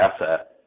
asset